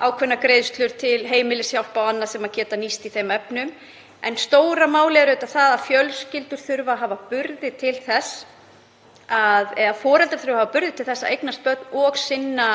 ákveðnar greiðslur til heimilishjálpar og annað sem geta nýst í þeim efnum. En stóra málið er auðvitað það að foreldrar þurfa hafa burði til að eignast börn og sinna